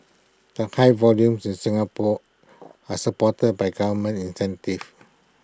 the high volumes in Singapore are supported by government incentives